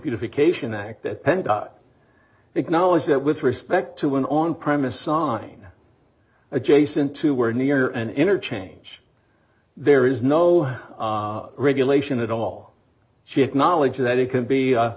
beautification act that tend to acknowledge that with respect to an on premise sign adjacent to where near an interchange there is no regulation at all she acknowledges that it can be a